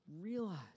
realize